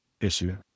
issue